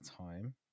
time